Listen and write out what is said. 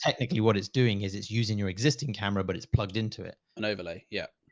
thank you. what it's doing is it's using your existing camera, but it's plugged into it and overlay. yep.